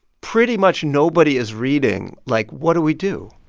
pretty much nobody is reading? like, what do we do?